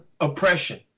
oppression